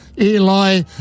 Eli